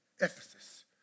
Ephesus